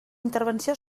intervenció